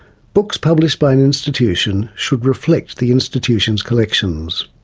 books published by an institution should reflect the institution's collections.